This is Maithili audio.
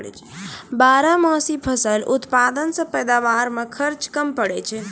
बारहमासी फसल उत्पादन से पैदावार मे खर्च कम पड़ै छै